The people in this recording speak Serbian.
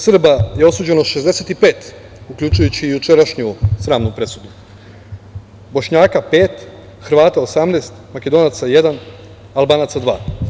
Srba je osuđeno 65 uključujući i jučerašnju sramnu presudu, Bošnjaka pet, Hrvata 18, Makedonaca jedan, Albanaca dva.